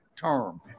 term